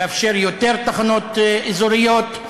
לאפשר יותר תחנות אזוריות,